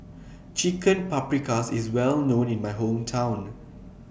Chicken Paprikas IS Well known in My Hometown